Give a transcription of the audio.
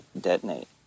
detonate